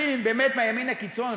אנשים מהימין הקיצון,